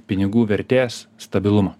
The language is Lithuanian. pinigų vertės stabilumą